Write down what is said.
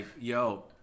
yo